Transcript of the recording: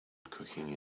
cooking